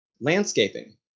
landscaping